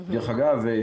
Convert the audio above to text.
דרך אגב,